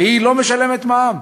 והיא לא משלמת מע"מ.